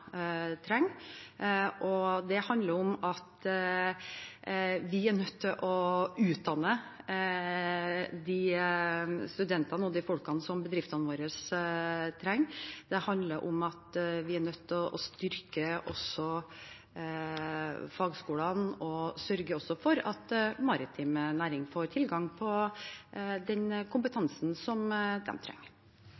Det handler om at vi er nødt til å utdanne de studentene og de folkene som bedriftene våre trenger. Det handler om at vi også er nødt til å styrke fagskolene, og at vi må sørge for at maritim næring får tilgang på den